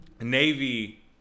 Navy